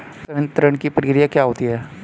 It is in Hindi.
संवितरण की प्रक्रिया क्या होती है?